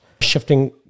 Shifting